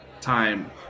time